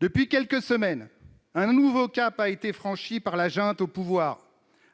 Depuis quelques semaines, un nouveau cap a été franchi par la junte au pouvoir :